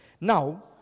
Now